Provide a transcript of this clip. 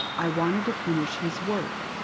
i wanted to finish his work.